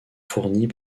fournis